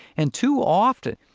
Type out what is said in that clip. and too often,